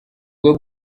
bwo